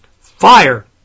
fire